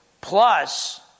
plus